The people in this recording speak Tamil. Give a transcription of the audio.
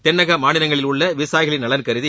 தென்னக மாநிலங்களில் உள்ள விவசாயிகளின் நலன் கருதி